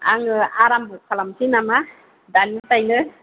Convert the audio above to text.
आंङो आरामब' खालामसै नामा दानिफ्रायनो